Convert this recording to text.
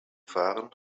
fahren